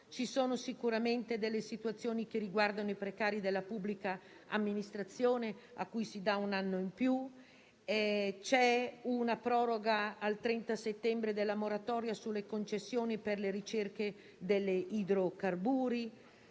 ci sono sicuramente situazioni che riguardano i precari della pubblica amministrazione, a cui si dà un anno in più. C'è una proroga al 30 settembre della moratoria sulle concessioni per la ricerca di idrocarburi;